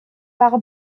pare